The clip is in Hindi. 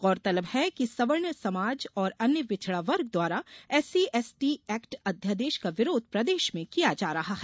गौरतलब है कि सवर्ण समाज और अन्य पिछडा वर्ग द्वारा एससीएसटी एक्ट अध्यादेश का विरोध प्रदेश में किया जा रहा है